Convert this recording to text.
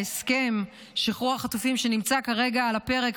הסכם שחרור החטופים שנמצא כרגע על הפרק,